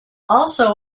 also